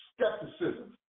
skepticism